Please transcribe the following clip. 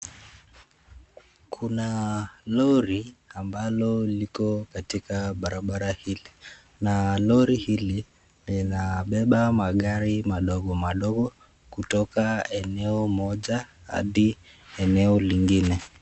Kuna lori ambalo liko katika barabara hili. Na lori hili, linabeba magari madogo madogo, kutoka eneo moja hadi eneo lingine.